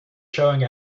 showing